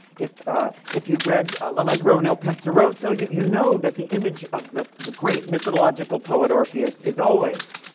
if ah if you've read l'allegro and il penseroso, you you know that the image of the the great mythological poet orpheus is always